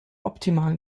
optimalen